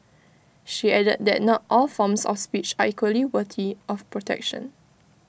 she added that not all forms of speech are equally worthy of protection